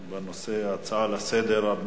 על ההצעה לסדר-היום,